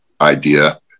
idea